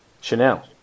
Chanel